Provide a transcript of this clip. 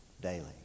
daily